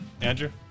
andrew